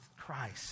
Christ